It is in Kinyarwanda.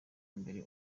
mbere